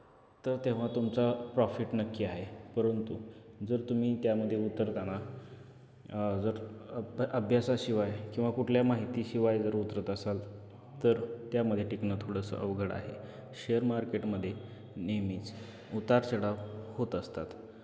तर तेव्हा तुमचा प्रॉफिट नक्की आहे परंतु जर तुम्ही त्यामध्ये उतरताना जर अ अभ्यासाशिवाय किंवा कुठल्या माहिती शिवाय जर उतरत असाल तर त्यामध्ये टिकणं थोडंसं अवघड आहे शेअर मार्केटमध्ये नेहमीच उतार चढाव होत असतात